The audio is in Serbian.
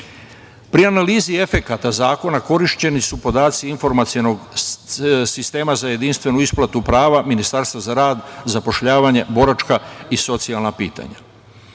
Pri analizi efekata zakona korišćeni su podaci informacionog sistema za jedinstvenu isplatu prava Ministarstva za rad, zapošljavanje, boračka i socijalna pitanja.